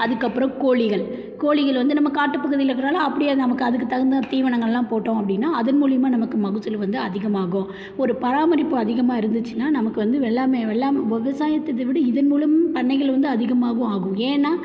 அதுக்கு அப்பறம் கோழிகள் கோழிகள் வந்து நம்ம காட்டுப் பகுதியில் இருக்குறனால் அப்படியே நமக்கு அதுக்குத் தகுந்த தீவனங்கள்லாம் போட்டோம் அப்படினா அதன் மூலிமா நமக்கு மகசூல் வந்து அதிகமாகும் ஒரு பராமரிப்பு அதிகமாக இருந்திச்சினால் நமக்கு வந்து வெள்ளாமை வெள்ளாமை விவசாயத்து இதை விட இதன் மூலமும் பண்ணைகள் வந்து அதிகமாகும் ஆகும் ஏன்னால்